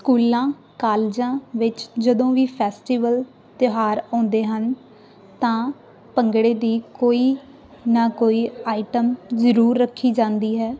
ਸਕੂਲਾਂ ਕਾਲਜਾਂ ਵਿੱਚ ਜਦੋਂ ਵੀ ਫੈਸਟੀਵਲ ਤਿਉਹਾਰ ਆਉਂਦੇ ਹਨ ਤਾਂ ਭੰਗੜੇ ਦੀ ਕੋਈ ਨਾ ਕੋਈ ਆਈਟਮ ਜ਼ਰੂਰ ਰੱਖੀ ਜਾਂਦੀ ਹੈ